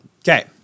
Okay